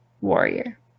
warrior